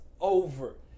over